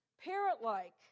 parrot-like